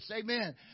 Amen